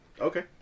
Okay